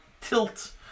tilt